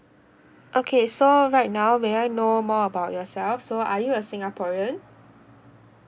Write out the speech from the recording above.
okay so right now may I know more about yourself so are you a singaporean